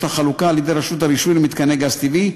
החלוקה על-ידי רשות הרישוי למתקני גז טבעי,